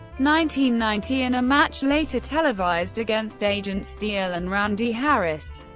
ninety ninety in a match later televised against agent steel and randy harris.